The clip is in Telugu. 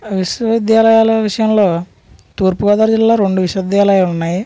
విశ్వవిద్యాలయాల విషయంలో తూర్పుగోదావరి జిల్లా రెండు విశ్వవిద్యాలయాలు ఉన్నాయి